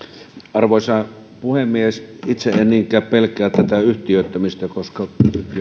arvoisa puhemies itse en niinkään pelkää tätä yhtiöittämistä koska yhtiöittäminen